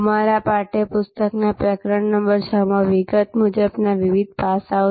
અમારા પાઠ્યપુસ્તકમાં પ્રકરણ નંબર 6 માં વિગત મુજબના વિવિધ પાસાઓ